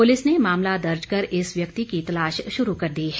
police ने मामला दर्ज कर इस व्यक्ति की तलाश शुरू कर दी है